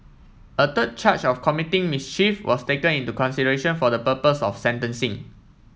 a third charge of committing mischief was taken into consideration for the purpose of sentencing